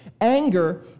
Anger